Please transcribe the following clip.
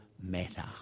matter